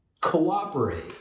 cooperate